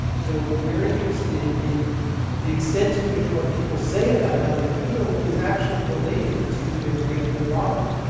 so we're interested in the extent to which what people say about how they feel is actually related to their brain and their body.